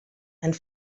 and